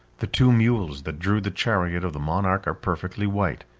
the two mules that drew the chariot of the monarch are perfectly white,